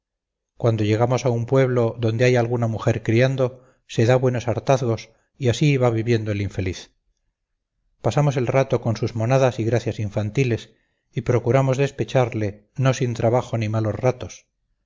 cuando llegamos a un pueblo donde hay alguna mujer criando se da buenos hartazgos y así va viviendo el infeliz pasamos el rato con sus monadas y gracias infantiles y procuramos despecharle no sin trabajo ni malos ratos